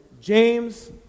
James